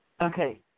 Okay